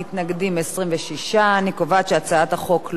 26. אני קובעת שהצעת החוק לא עברה.